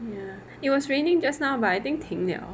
ya it was raining just now but I think 听了